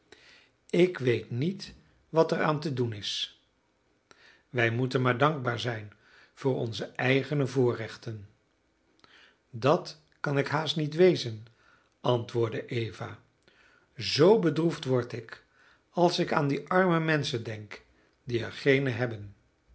ik weet niet wat er aan te doen is wij moeten maar dankbaar zijn voor onze eigene voorrechten dat kan ik haast niet wezen antwoordde eva zoo bedroefd word ik als ik aan die arme menschen denk die er geene hebben